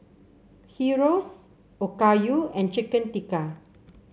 Gyros Okayu and Chicken Tikka